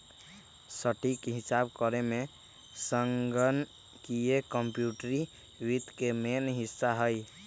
सटीक हिसाब करेमे संगणकीय कंप्यूटरी वित्त के मेन हिस्सा हइ